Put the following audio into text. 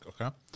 okay